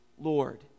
Lord